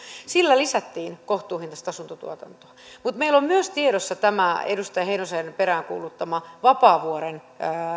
sillä lisättiin kohtuuhintaista asuntotuotantoa mutta meillä on myös tiedossa tämä edustaja heinosen peräänkuuluttama vapaavuoren